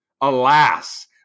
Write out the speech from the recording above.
Alas